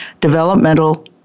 developmental